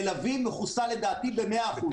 תל-אביב מכוסה, לדעתי, במאה אחוז.